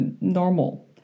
normal